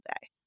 day